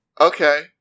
Okay